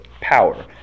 power